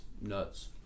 nuts